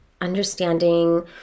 understanding